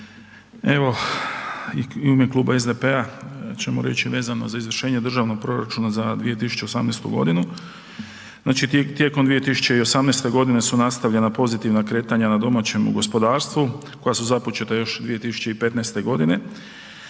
evo i u ime Kluba SDP-a ćemo reći vezano za izvršenje Državnog proračuna za 2018. godina. Znači tijekom 2018. godine su nastavljen pozitivna kretanja na domaćemu gospodarstvu koja su započeta još 2015. godine.